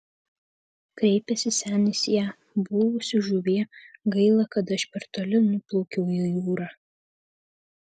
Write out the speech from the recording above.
kreipėsi senis į ją buvusi žuvie gaila kad aš per toli nuplaukiau į jūrą